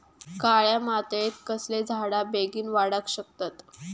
काळ्या मातयेत कसले झाडा बेगीन वाडाक शकतत?